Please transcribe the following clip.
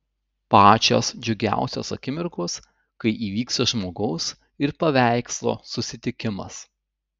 pačios džiugiausios akimirkos kai įvyksta žmogaus ir paveikslo susitikimas